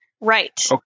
Right